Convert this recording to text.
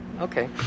okay